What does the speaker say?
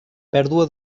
pèrdua